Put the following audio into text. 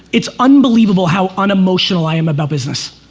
it's unbelievable how unemotional i am about business.